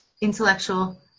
intellectual